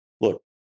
Look